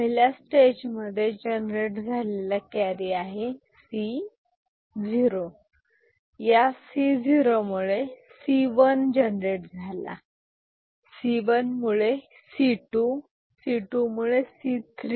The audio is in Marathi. पहिल्या स्टेजमध्ये जनरेट झालेला कॅरी आहे C0 या C0 मुळे C1 जनरेट झाला C1 मुळे C2 जनरेट झाला C2 मुळे C3 जनरेट झाला